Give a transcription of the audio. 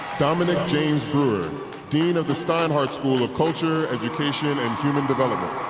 dominic james brewer dean of the steinhardt school of culture, education, and human development